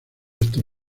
estos